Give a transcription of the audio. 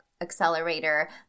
accelerator